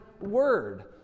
word